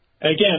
Again